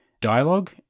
dialogue